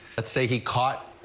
let's say he caught.